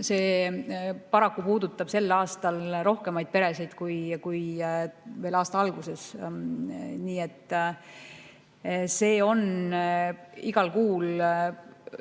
See paraku puudutab sel aastal rohkemaid peresid kui veel aasta alguses. See on igal kuul,